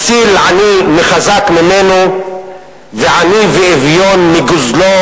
מציל עני מחזק ממנו ועני ואביון מגוזלו.